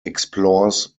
explores